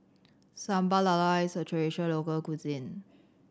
Sambal Lala is a traditional local cuisine